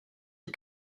est